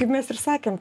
kaip mes ir sakėm